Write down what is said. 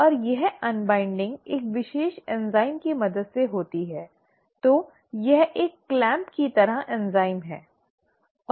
और यह अन्वाइन्डिंग एक विशेष एंजाइम की मदद से होती है तो यह एक क्लैंप की तरह एंजाइम है